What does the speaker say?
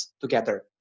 together